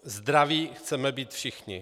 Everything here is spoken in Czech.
Zdraví chceme být všichni.